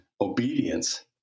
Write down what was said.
obedience